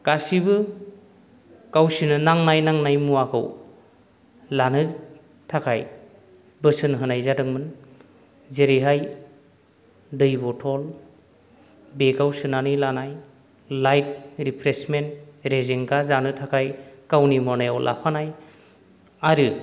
गासैबो गावसोरनो नांनाय नांनाय मुवाखौ लानो थाखाय बोसोन होनाय जादोंमोन जेरैहाय दै बथल बेगाव सोनानै लानाय लायट रिफ्रेशमेन्ट रेजेंगा जानो थाखाय गावनि मनायाव लाफानाय आरो